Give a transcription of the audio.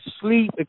sleep